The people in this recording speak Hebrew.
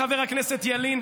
חבר הכנסת ילין,